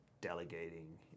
delegating